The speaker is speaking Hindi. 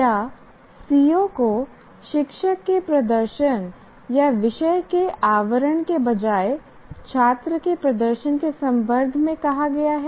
क्या CO को शिक्षक के प्रदर्शन या विषय के आवरण के बजाय छात्र के प्रदर्शन के संदर्भ में कहा गया है